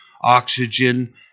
oxygen